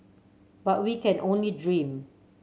but we can only dream